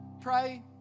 pray